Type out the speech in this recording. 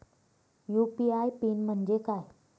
UPI PIN म्हणजे काय?